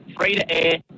free-to-air